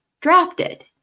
drafted